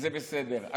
זה בסדר.